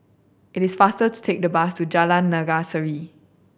it is faster to take the bus to Jalan Naga Sari